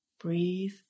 Breathe